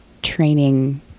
training